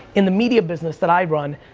in the media business that i ran,